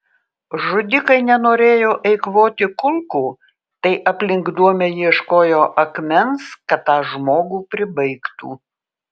žudikai nenorėjo eikvoti kulkų tai aplink duobę ieškojo akmens kad tą žmogų pribaigtų